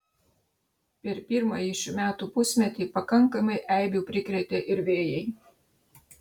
per pirmąjį šių metų pusmetį pakankamai eibių prikrėtė ir vėjai